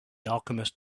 alchemist